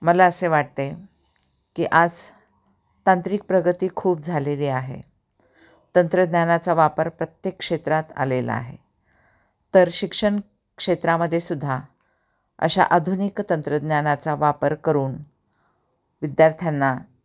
मला असे वाटते की आज तांत्रिक प्रगती खूप झालेली आहे तंत्रज्ञानाचा वापर प्रत्येक क्षेत्रात आलेला आहे तर शिक्षन क्षेत्रामध्ये सुुद्धा अशा आधुनिक तंत्रज्ञानाचा वापर करून विद्यार्थ्यांना